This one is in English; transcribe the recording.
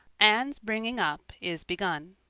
anne's bringing-up is begun